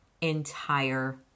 entire